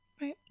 Right